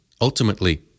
ultimately